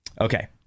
Okay